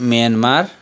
Myanmar